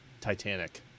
Titanic